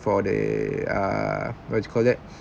for the uh what you call that